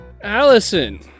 Allison